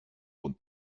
und